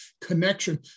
connection